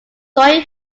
sorry